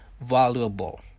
valuable